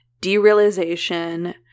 derealization